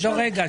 מירי היקרה,